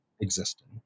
existing